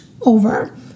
over